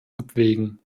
abwägen